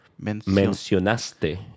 mencionaste